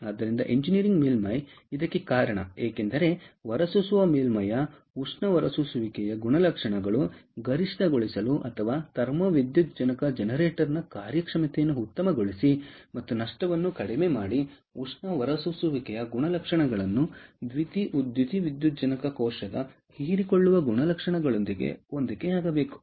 ಆದ್ದರಿಂದ ಎಂಜಿನಿಯರಿಂಗ್ ಮೇಲ್ಮೈ ಇದಕ್ಕೆ ಕಾರಣ ಏಕೆಂದರೆ ಹೊರಸೂಸುವ ಮೇಲ್ಮೈಯ ಉಷ್ಣ ಹೊರಸೂಸುವಿಕೆಯ ಗುಣಲಕ್ಷಣಗಳು ಗರಿಷ್ಠಗೊಳಿಸಲು ಅಥವಾ ಥರ್ಮೋ ದ್ಯುತಿವಿದ್ಯುಜ್ಜನಕ ಜನರೇಟರ್ನ ಕಾರ್ಯಕ್ಷಮತೆಯನ್ನು ಉತ್ತಮಗೊಳಿಸಿ ಮತ್ತು ನಷ್ಟವನ್ನು ಕಡಿಮೆ ಮಾಡಿ ಉಷ್ಣ ಹೊರಸೂಸುವಿಕೆಯ ಗುಣ ಲಕ್ಷಣಗಳನ್ನು ದ್ಯುತಿವಿದ್ಯುಜ್ಜನಕ ಕೋಶದ ಹೀರಿಕೊಳ್ಳುವ ಗುಣಲಕ್ಷಣಗಳೊಂದಿಗೆ ಹೊಂದಿಕೆಯಾಗಬೇಕು